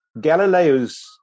galileo's